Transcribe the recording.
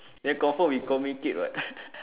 then confirm we communicate [what]